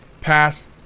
pass